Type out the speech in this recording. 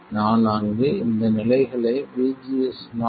நான் அங்கு இந்த நிலைகள் VGS0 குறிப்பிடுகிறேன்